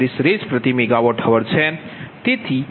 3637 RsMWhr છે